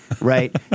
right